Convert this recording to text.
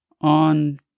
on